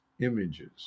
images